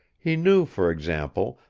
he knew, for example,